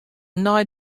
nei